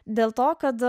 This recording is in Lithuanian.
dėl to kad